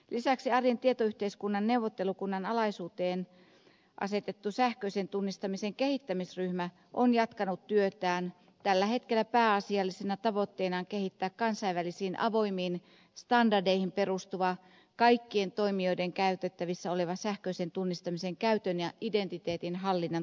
lisäksi arjen tietoyhteiskunnan neuvottelukunnan alaisuuteen asetettu sähköisen tunnistamisen kehittämisryhmä on jatkanut työtään tällä hetkellä pääasiallisena tavoitteenaan kehittää kansainvälisiin avoimiin standardeihin perustuva kaikkien toimijoiden käytettävissä oleva sähköisen tunnistamisen käytön ja identiteetin hallinnan toimintamalli